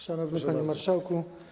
Szanowny Panie Marszałku!